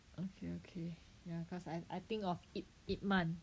okay okay ya cause I I think of Ip Man